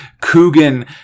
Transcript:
Coogan